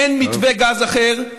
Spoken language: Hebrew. אין מתווה גז אחר,